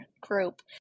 group